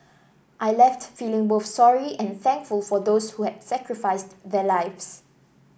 I left feeling both sorry and thankful for those who had sacrificed their lives